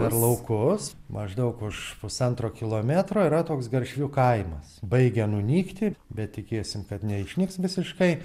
per laukus maždaug už pusantro kilometro yra toks garšvių kaimas baigia nunykti bet tikėsim kad neišnyks visiškai